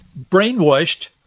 brainwashed